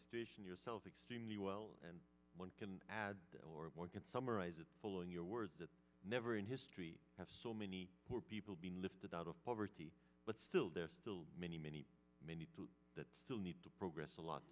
station yourself extremely well and one can add or can summarize it following your words that never in history have so many poor people being lifted out of poverty but still there are still many many many that still need to progress a lot